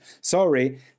sorry